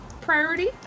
priority